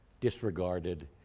disregarded